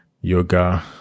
yoga